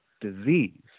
disease